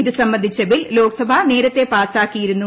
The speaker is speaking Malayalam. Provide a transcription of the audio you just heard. ഇത് സംബന്ധിച്ച ബിൽ ലോക്സഭ നേരത്തെ പാസാക്കിയിരുന്നു